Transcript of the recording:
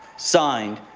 signed,